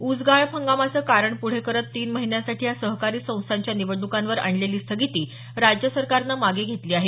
ऊस गाळप हंगामाचं कारण पूढे करत तीन महिन्यांसाठी या सहकारी संस्थांच्या निवडण्कांवर आणलेली स्थगिती राज्य सरकारनं मागे घेतली आहे